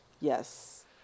Yes